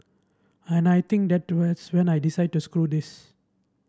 and I think that when I decide to screw this